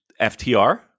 FTR